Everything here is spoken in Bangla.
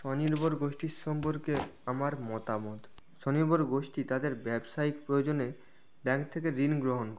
স্বনির্ভর গোষ্ঠীর সম্পর্কে আমার মতামত স্বনির্ভর গোষ্ঠী তাদের ব্যবসায়িক প্রয়োজনে ব্যাংক থেকে ঋণ গ্রহণ করে